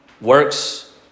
works